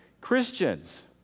Christians